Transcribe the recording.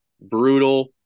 brutal